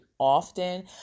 often